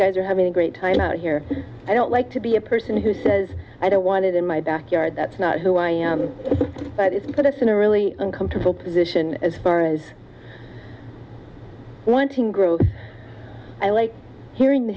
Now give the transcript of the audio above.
guys are having a great time out here i don't like to be a person who says i don't want it in my backyard that's not who i am but it's put us in a really uncomfortable position as as far i wanted to grow i like hearing the